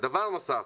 דבר נוסף,